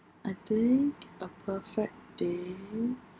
I think a perfect day